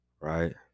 Right